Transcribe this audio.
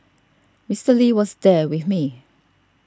Mister Lee was there with me